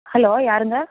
hello யாருங்கள்